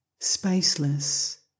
Spaceless